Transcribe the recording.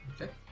Okay